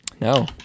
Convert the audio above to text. No